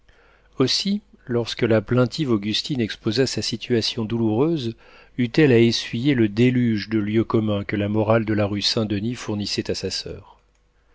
aussi lorsque la plaintive augustine exposa sa situation douloureuse eut-elle à essuyer le déluge de lieux communs que la morale de la rue saint-denis fournissait à sa soeur